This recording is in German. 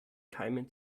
keimen